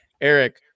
Eric